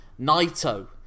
Naito